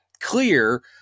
clear